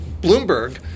Bloomberg